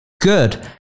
good